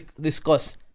discuss